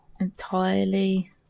entirely